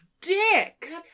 dicks